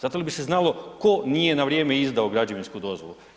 Zato jel bi se znalo tko nije na vrijeme izdao građevinsku dozvolu.